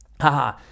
Haha